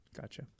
gotcha